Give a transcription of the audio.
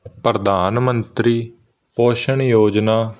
ਪ੍ਰਧਾਨ ਮੰਤਰੀ ਪੋਸ਼ਣ ਯੋਜਨਾ